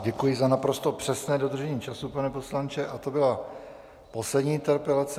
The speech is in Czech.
Děkuji za naprosto přesné dodržení času, pane poslanče, a to byla poslední interpelace.